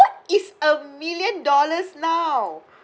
what is a million dollars now